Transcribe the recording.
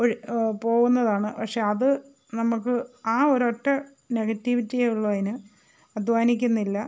ഒഴ് പോവുന്നതാണ് പക്ഷേ അത് നമുക്ക് ആ ഒരൊറ്റ നെഗറ്റീവിറ്റിയേ ഉള്ളൂ അതിന് അധ്വാനിക്കുന്നില്ല